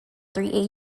three